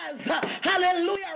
hallelujah